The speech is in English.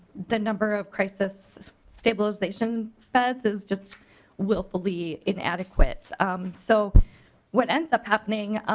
the number of crisis stabilization beds is just willfully inadequate so what end up happening